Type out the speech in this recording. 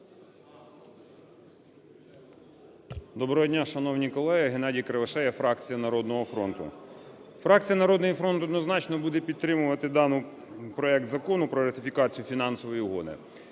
Доброго дня, шановні колеги. ГеннадійКривошея, фракція "Народного фронту". Фракція "Народний фронт" однозначно буде підтримувати даний проект Закону про ратифікацію Фінансової угоди,